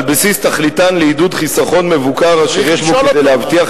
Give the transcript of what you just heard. על בסיס תכליתן לעידוד חיסכון מבוקר אשר יש בו כדי להבטיח